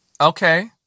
Okay